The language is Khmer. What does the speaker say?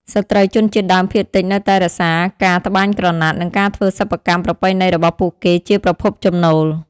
ស្ត្រីជនជាតិដើមភាគតិចនៅតែរក្សាការ ត្បាញក្រណាត់ និងការធ្វើសិប្បកម្មប្រពៃណីរបស់ពួកគេជាប្រភពចំណូល។